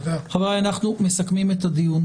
חבריי, אנחנו מסכמים את הדיון.